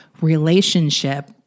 relationship